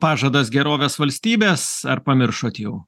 pažadas gerovės valstybės ar pamiršot jau